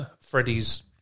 Freddie's